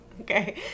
Okay